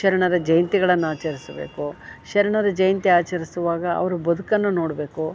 ಶರಣರ ಜಯಂತಿಗಳನ್ನು ಆಚರಿಸಬೇಕು ಶರಣರ ಜಯಂತಿ ಆಚರ್ಸುವಾಗ ಅವ್ರ ಬದುಕನ್ನು ನೋಡಬೇಕು